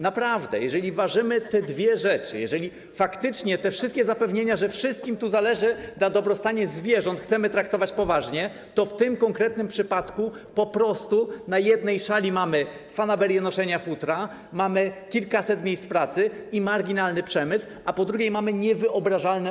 Naprawdę, jeżeli ważymy te dwie rzeczy, jeżeli faktycznie te wszystkie zapewnienia, że wszystkim zależy na dobrostanie zwierząt, chcemy traktować poważnie, to w tym konkretnym przypadku na jednej szali mamy fanaberię noszenia futer, kilkaset miejsc pracy i marginalny przemysł, a na drugiej mamy niewyobrażalne